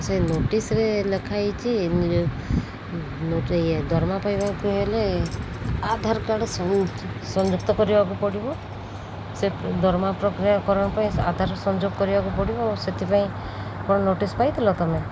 ସେ ନୋଟିସ୍ରେ ଲେଖାହୋଇଛି ଇଏ ଦରମା ପାଇବାକୁ ହେଲେ ଆଧାର୍ କାର୍ଡ଼୍ ସଂଯୁକ୍ତ କରିବାକୁ ପଡ଼ିବ ସେ ଦରମା ପ୍ରକ୍ରିୟାକରଣଙ୍କ ପାଇଁ ଆଧାର ସଂଯୋଗ କରିବାକୁ ପଡ଼ିବ ଆଉ ସେଥିପାଇଁ କ'ଣ ନୋଟିସ୍ ପାଇଥିଲ ତୁମେ